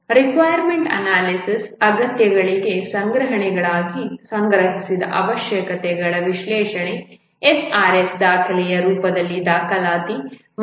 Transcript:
requirement analysis ಅಗತ್ಯತೆಗಳ ಸಂಗ್ರಹಣೆಗಾಗಿ ಸಂಗ್ರಹಿಸಿದ ಅವಶ್ಯಕತೆಗಳ ವಿಶ್ಲೇಷಣೆ SRS ದಾಖಲೆಯ ರೂಪದಲ್ಲಿ ದಾಖಲಾತಿ ಮತ್ತು